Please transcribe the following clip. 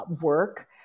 work